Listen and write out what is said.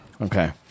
Okay